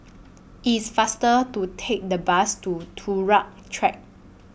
IT IS faster to Take The Bus to Turut Track